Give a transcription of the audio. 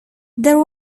there